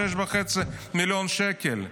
6.5 מיליון שקל.